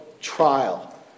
trial